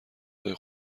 های